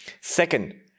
Second